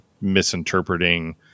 misinterpreting